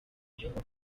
ry’ubu